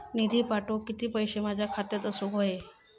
निधी पाठवुक किती पैशे माझ्या खात्यात असुक व्हाये?